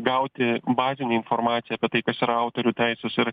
gauti bazinę informaciją apie tai kas yra autorių teisės ir